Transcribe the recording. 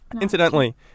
incidentally